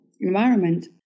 environment